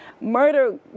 murder